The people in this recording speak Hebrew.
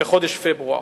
בחודש פברואר.